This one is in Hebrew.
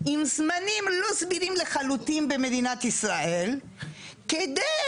עם זמנים לא סבירים לחלוטין במדינת ישראל כדי